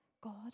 God